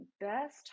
best